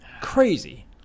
crazy